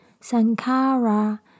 Sankara